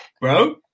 Bro